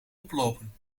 oplopen